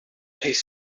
his